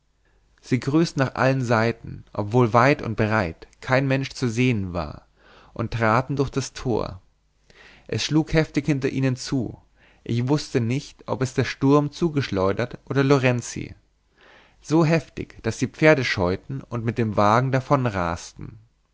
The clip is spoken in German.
sie grüßten nach allen seiten obwohl weit und breit kein mensch zu sehen war und traten durch das tor es schlug heftig hinter ihnen zu ich wußte nicht ob es der sturm zugeschleudert oder lorenzi so heftig daß die pferde scheuten und mit dem wagen